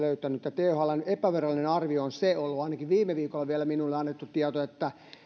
thln epävirallinen arvio on se ollut ainakin vielä viime viikolla minulle annetun tiedon mukaan että